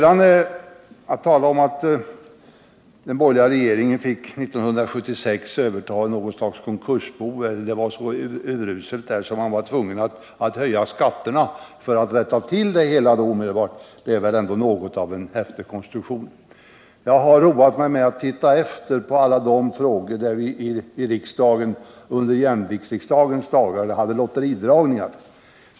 Att säga att de borgerliga 1976 fick överta något slags konkursbo eller att det var så uruselt ställt att man var tvungen att höja skatterna för att rätta till det hela är väl ändå något av en efterkonstruktion. Jag har roat mig med att se efter hur det förhöll sig under jämviktsriksdagens dagar, då vi hade lotteridragningar.